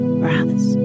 breaths